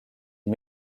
une